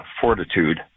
fortitude